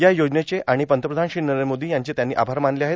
या योजनेचे आणि पंतप्रधान श्री नरेंद्र मोदी यांचे त्यांनी आभार मानले आहेत